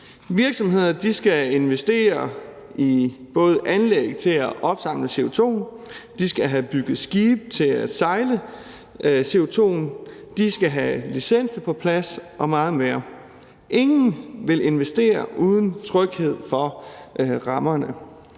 Virksomhederne skal investere i anlæg til at opsamle CO2'en, de skal have bygget skibe til at sejle CO2'en, de skal have licenser på plads og meget mere. Ingen vil investere, uden at der er tryghed om rammerne.